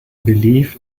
believe